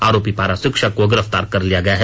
आरोपी पारा शिक्षक को ँगिरफ्तार कर लिया गया है